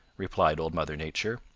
replied old mother nature.